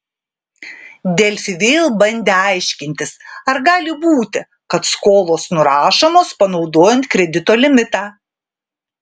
delfi vėl bandė aiškintis ar gali būti kad skolos nurašomos panaudojant kredito limitą